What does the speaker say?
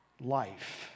life